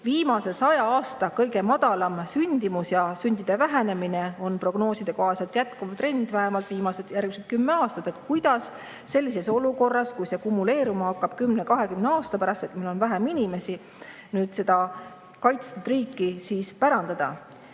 viimase saja aasta kõige madalam sündimus ja sündide vähenemine on prognooside kohaselt jätkuv trend vähemalt järgmised kümme aastat. Kuidas sellises olukorras, kui see kumuleeruma hakkab 10–20 aasta pärast ning meil on vähem inimesi, seda kaitstud riiki siis pärandada?